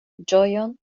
ĝojon